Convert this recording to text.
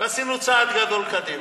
עשינו צעד גדול קדימה.